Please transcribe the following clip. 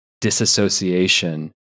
disassociation